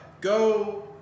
go